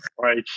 right